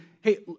hey